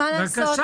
מה לעשות?